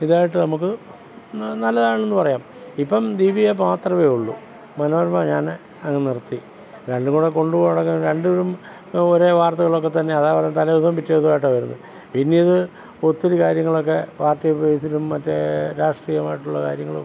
ഇതായിട്ട് നമുക്ക് നല്ലതാണെന്ന് പറയാം ഇപ്പം ദീപിക മാത്രമേ ഉള്ളു മനോരമ ഞാൻ അങ്ങ് നിർത്തി രണ്ടുംകൂടെ കൊണ്ടു പോകണതൊക്കെ രണ്ടിലും ഒരേ വാർത്തകളൊക്കെ തന്നെ അതാണെങ്കിൽ തലേദിവസവും പിറ്റേദിവസവും ആയിട്ടാണ് വരുന്നേത് പിന്നെ ഇത് ഒത്തിരി കാര്യങ്ങളൊക്കെ പാർട്ടി ബേസിലും മറ്റേ രാഷ്ട്രീയമായിട്ടുള്ള കാര്യങ്ങളും